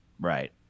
right